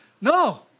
No